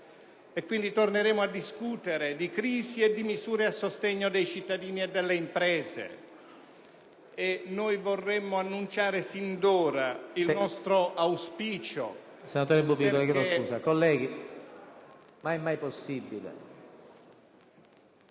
quindi a discutere di crisi e di misure a sostegno dei cittadini e delle imprese e vorremmo annunciare sin d'ora il nostro auspicio...